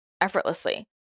effortlessly